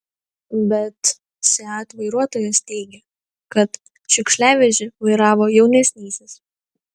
bet seat vairuotojas teigia kad šiukšliavežį vairavo jaunesnysis